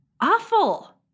Awful